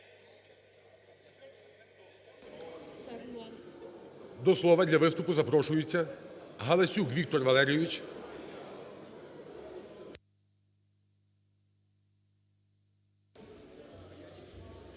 До слова для виступу запрошується Галасюк Віктор Валерійович.